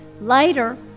Later